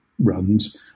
runs